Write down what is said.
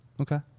Okay